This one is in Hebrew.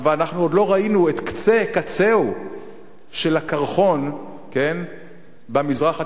ואנחנו עוד לא ראינו את קצה קצהו של הקרחון במזרח התיכון,